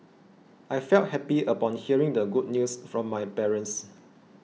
I felt happy upon hearing the good news from my parents